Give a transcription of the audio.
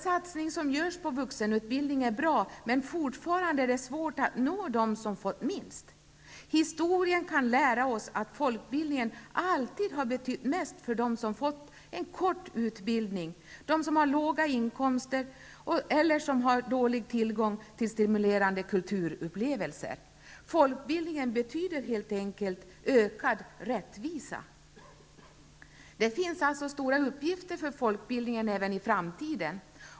Satsningarna på vuxenutbildningen är bra, men det är fortfarande svårt att nå dem som har fått minst. Historien kan lära oss att folkbildningen alltid har betytt mest för dem som fått kort utbildning, dem som har låga inkomster eller som har dålig tillgång till stimulerande kulturupplevelser. Folkbildning betyder helt enkelt ökad rättvisa. Det finns alltså stora uppgifter för folkbildningen även i framtiden.